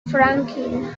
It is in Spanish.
franklin